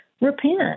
repent